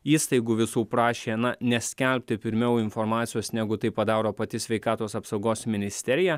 įstaigų visų prašė na neskelbti pirmiau informacijos negu tai padaro pati sveikatos apsaugos ministerija